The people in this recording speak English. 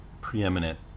preeminent